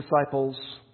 disciples